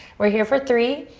we're here for three.